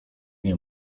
nie